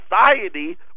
society